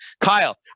kyle